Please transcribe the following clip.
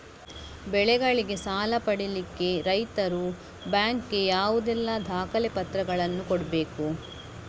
ಬೆಳೆಗಳಿಗೆ ಸಾಲ ಪಡಿಲಿಕ್ಕೆ ರೈತರು ಬ್ಯಾಂಕ್ ಗೆ ಯಾವುದೆಲ್ಲ ದಾಖಲೆಪತ್ರಗಳನ್ನು ಕೊಡ್ಬೇಕು?